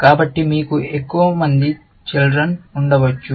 కాబట్టి మీకు ఎక్కువ మంది చిల్డ్రన్ ఉండవచ్చు